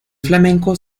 flamencos